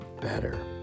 better